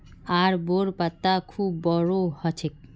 अरबोंर पत्ता खूब बोरो ह छेक